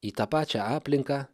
į tą pačią aplinką